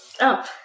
Up